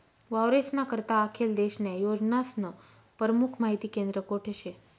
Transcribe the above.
वावरेस्ना करता आखेल देशन्या योजनास्नं परमुख माहिती केंद्र कोठे शे?